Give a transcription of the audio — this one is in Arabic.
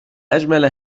أجمل